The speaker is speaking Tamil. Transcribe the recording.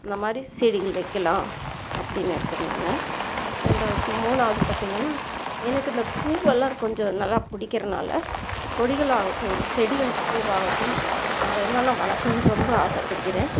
இந்த மாதிரி செடிகள் வைக்கலாம் அப்படின்னு இருக்கறனுங்க ரெண்டாவது மூணாவது பார்த்திங்கன்னா எனக்கு இந்த பூவெல்லாம் கொஞ்சம் நல்லா பிடிக்கிறனால கொடிகளாகட்டும் செடிகள் பூவாகட்டும் அதை எல்லாம் நான் வளர்க்கணுன்னு ரொம்ப ஆசைப்படுகிறேன்